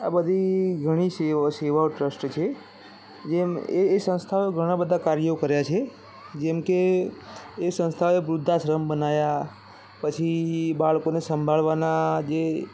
આ બધી ઘણી સેવા ટ્રસ્ટ છે જેમ એ એ સંસ્થાઓએ ઘણા બધા કાર્યો કર્યા છે જેમ કે એ સંસ્થાઓએ વૃદ્ધાશ્રમ બનાવ્યા પછી બાળકોને સંભાળવાના જે